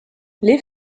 les